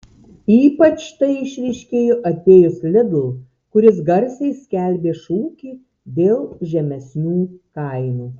ypač tai išryškėjo atėjus lidl kuris garsiai skelbė šūkį dėl žemesnių kainų